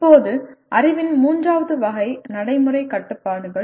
இப்போது அறிவின் மூன்றாவது வகை நடைமுறை கட்டுப்பாடுகள்